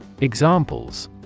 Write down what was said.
Examples